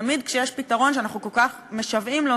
ותמיד כשיש פתרון שאנחנו כל כך משוועים לו,